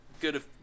good